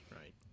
Right